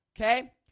okay